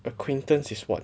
acquaintance is what